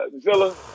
Zilla